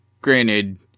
granted